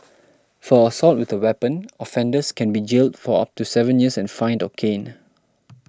for assault with a weapon offenders can be jailed for up to seven years and fined or caned